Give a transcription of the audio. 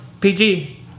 PG